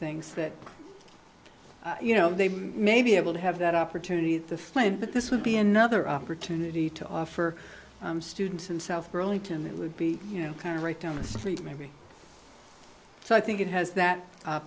things that you know they may be able to have that opportunity at the flame but this would be another opportunity to offer students in south burlington that would be you know kind of right down the street maybe so i think it has that